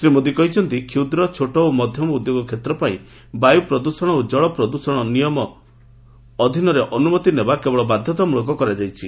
ଶ୍ରୀ ମୋଦି କହିଛନ୍ତି କ୍ଷୁଦ୍ର ଛୋଟ ଓ ମଧ୍ୟମ ଉଦ୍ୟୋଗ କ୍ଷେତ୍ର ପାଇଁ ବାୟୁ ପ୍ରଦ୍ଷଣ ଓ ଜଳ ପ୍ରଦ୍ଷଣ ନିୟନ୍ତ୍ରଣ ନିୟମ ଅଧୀନରେ ଅନୁମତି ନେବା କେବଳ ମାଧ୍ୟତାମୂଳକ କରାଯାଇଛି